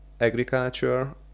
agriculture